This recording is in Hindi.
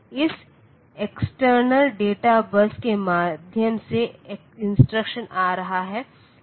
इसलिए इस एक्सटर्नल डेटा बस के माध्यम से इंस्ट्रक्शन आ रहा है